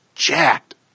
Jacked